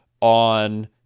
on